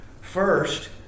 First